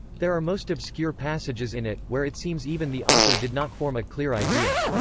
there are most obscure passages in it, where it seems even the author did not form a clear idea.